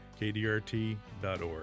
kdrt.org